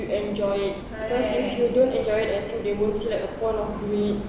you enjoy it because if you don't enjoy it I think they won't see like a point of doing it